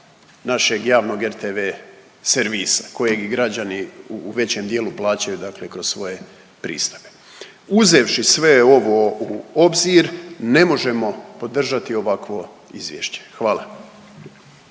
našeg javnog rtv servisa kojeg građani u većem dijelu plaćaju dakle kroz svoje pristojbe. Uzevši sve ovo u obzir ne možemo podržati ovakvo izvješće. Hvala.